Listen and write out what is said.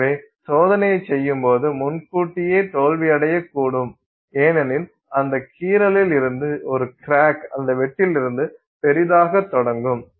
எனவே சோதனையைச் செய்யும்போது முன்கூட்டியே தோல்வியடைய கூடும் ஏனெனில் அந்த கீறலில் இருந்து ஒரு கிராக் அந்த வெட்டிலிருந்து பெரிதாகத் தொடங்கும்